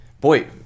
Boy